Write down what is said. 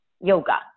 yoga